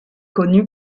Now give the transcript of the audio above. connu